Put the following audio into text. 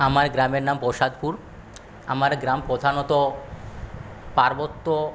আমার গ্রামের নাম প্রসাদপুর আমার গ্রাম প্রধানত পার্বত্য